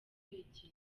kwigisha